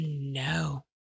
no